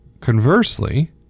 Conversely